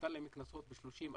נתן להם קנסות ב-30,000,